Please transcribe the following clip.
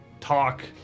talk